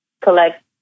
collect